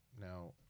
Now